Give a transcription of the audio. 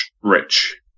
Rich